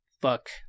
Fuck